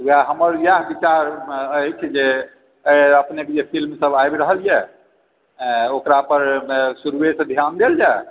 ओएह हमर इएह विचार अछि जे अपनेकेँ जे फिल्म सभ आबि रहल यऽ ओकरा पर शुरूएसंँ ध्यान देल जाय